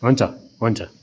हुन्छ हुन्छ